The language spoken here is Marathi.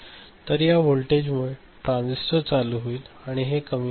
तर या व्होल्टेजमुळे ट्रांजिस्टर चालू होईल आणि हे कमी असे